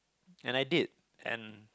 and I did and